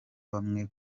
bamwe